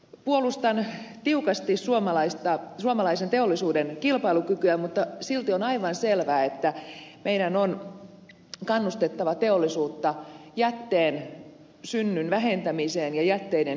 puolustan tiukasti suomalaisen teollisuuden kilpailukykyä mutta silti on aivan selvää että meidän on kannustettava teollisuutta jätteen synnyn vähentämiseen ja jätteiden hyötykäyttöön